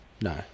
No